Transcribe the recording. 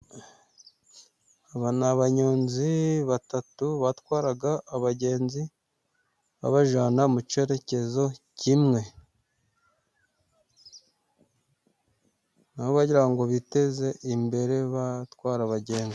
Aba ni abanyonzi batatu batwara abagenzi, babajyana mu cyerekezo kimwe. Nabo baba bagira ngo biteze imbere batwara abagenzi.